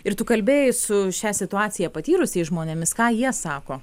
ir tu kalbėjai su šią situaciją patyrusiais žmonėmis ką jie sako